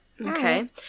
Okay